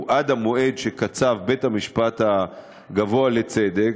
עד המועד שקצב בית-המשפט הגבוה לצדק,